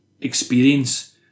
experience